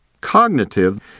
Cognitive